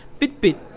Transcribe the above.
Fitbit